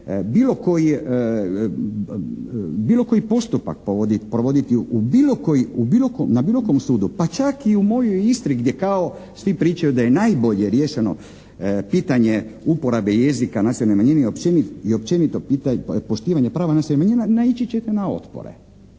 bilo koji postupak provoditi u bilo kom, na bilo kom sudu pa čak i u mojoj Istri gdje kao svi pričaju da je najbolje riješeno pitanje uporabe jezika nacionalne manjine i općenito poštivanje prava nacionalnih manjina, naići ćete na otpore.